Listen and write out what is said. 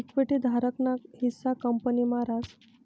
equity धारक ना हिस्सा कंपनी मा रास